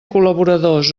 col·laboradors